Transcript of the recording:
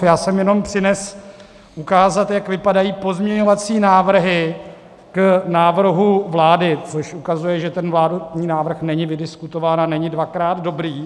Já jsem jenom přinesl ukázat, jak vypadají pozměňovací návrhy k návrhu vlády , což ukazuje, že ten vládní návrh není vydiskutován a není dvakrát dobrý.